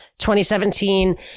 2017